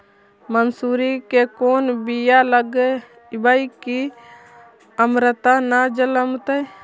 मसुरी के कोन बियाह लगइबै की अमरता न जलमतइ?